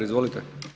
Izvolite.